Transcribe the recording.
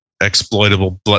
exploitable